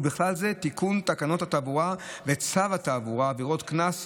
ובכלל זה תיקון תקנות התעבורה וצו התעבורה (עבירות קנס),